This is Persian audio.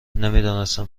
نمیدانستم